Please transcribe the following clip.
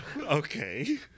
Okay